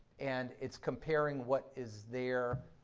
and it's comparing what is there